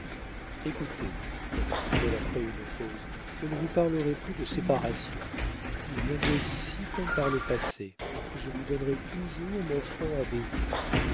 écoutez reprit-elle après une pause je ne vous parlerai plus de séparation vous viendrez ici comme par le passé je vous donnerai toujours mon front à baiser